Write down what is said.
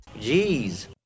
Jeez